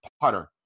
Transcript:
putter